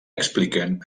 expliquen